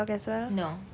no